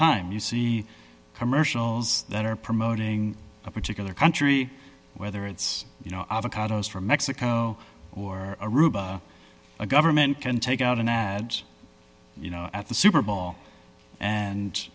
time you see commercials that are promoting a particular country whether it's you know avocados from mexico or a government can take out an ad at the super bowl and